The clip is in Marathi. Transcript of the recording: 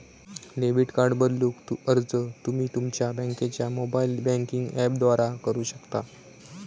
डेबिट कार्ड बदलूक अर्ज तुम्ही तुमच्यो बँकेच्यो मोबाइल बँकिंग ऍपद्वारा करू शकता